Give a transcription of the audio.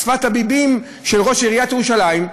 שפת הביבים של ראש עיריית ירושלים,